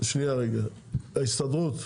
איפה מילר מההסתדרות?